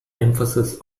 emphasis